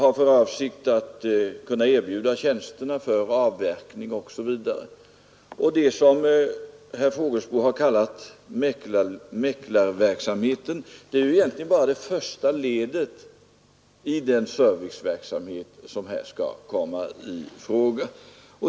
Avsikten att erbjuda tjänster för avverkning osv. och det som herr Fågelsbo här har kallat mäklarverksamhet är egentligen bara det första ledet i den serviceverksamhet som skall komma i fråga.